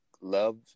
love